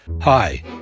Hi